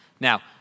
Now